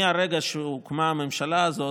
מהרגע שהוקמה הממשלה הזאת,